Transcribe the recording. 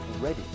ready